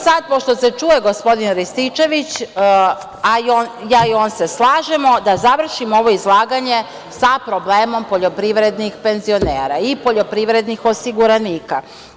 Sada, pošto se čuje gospodin Rističević, a ja i on se slažemo, da završim ovo izlaganje sa problemom poljoprivrednih penzionera i poljoprivrednih osiguranika.